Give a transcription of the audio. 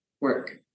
work